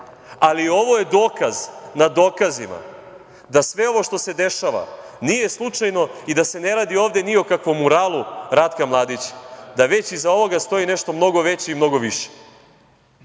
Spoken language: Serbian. ali ovo je dokaz nad dokazima da sve ovo što se dešava nije slučajno i da se ne radi ovde ni o kakvom muralu Ratka Mladića, već da iza ovoga stoji nešto mnogo veće i mnogo više